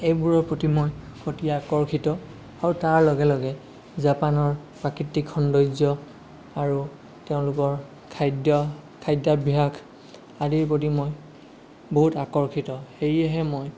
এইবোৰৰ প্ৰতি মই অতি আকৰ্ষিত আৰু তাৰ লগে লগে জাপানৰ প্ৰাকৃতিক সৌন্দৰ্য্য আৰু তেওঁলোকৰ খাদ্য খাদ্যাভাস আদিৰ প্ৰতি মই বহুত আকৰ্ষিত সেয়েহে মই